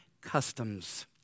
customs